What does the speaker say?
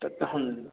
तऽ तहन